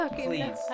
please